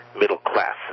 middle-class